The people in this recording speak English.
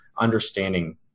understanding